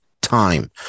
time